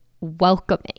welcoming